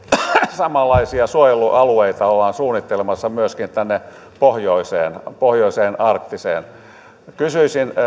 samanlaisia suojelualueita ollaan suunnittelemassa myöskin tänne pohjoiseen pohjoiseen arktiselle alueelle kysyisin